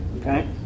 Okay